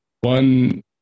one